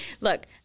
Look